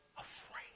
afraid